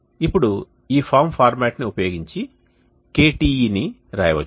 కాబట్టి ఇప్పుడు ఈ ఫారమ్ ఫార్మాట్ని ఉపయోగించి KTe ని వ్రాయవచ్చు